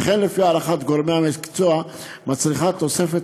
וכן לפי הערכת גורמי המקצוע היא מצריכה תוספת